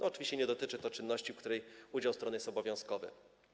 Oczywiście nie dotyczy to czynności, w której udział strony jest obowiązkowy.